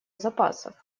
запасов